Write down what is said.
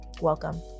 Welcome